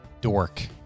dork